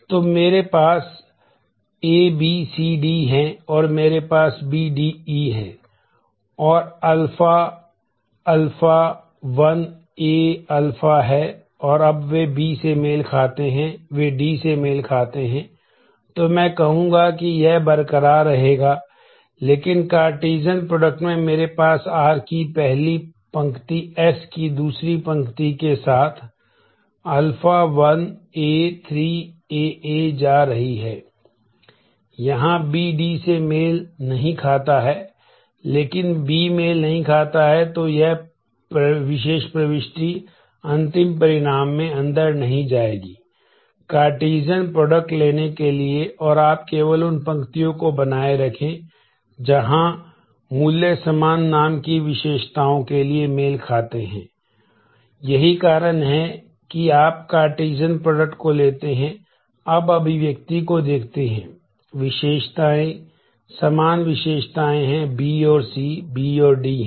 तो मेरे पास ए को लेते हैं अब अभिव्यक्ति को देखते हैं विशेषताएँ समान विशेषताएँ हैं B और CB और D हैं